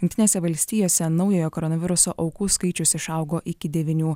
jungtinėse valstijose naujojo koronaviruso aukų skaičius išaugo iki devynių